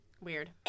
Weird